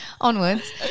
Onwards